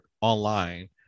online